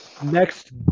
Next